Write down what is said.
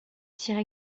tire